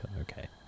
Okay